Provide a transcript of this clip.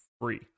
free